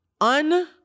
un